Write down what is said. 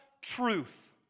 truth